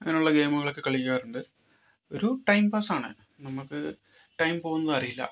അങ്ങനെ ഉള്ള ഗെയിമുകളൊക്കെ കളിക്കാറുണ്ട് ഒരു ടൈം പാസ്സാണ് നമ്മൾക്ക് ടൈം പോകുന്നത് അറിയില്ല